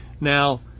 Now